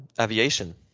aviation